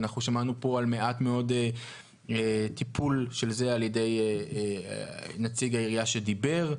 אנחנו שמענו פה על מעט מאוד טיפול של זה על ידי נציג העירייה שדיבר.